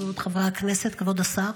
כבוד חברי הכנסת, כבוד השר,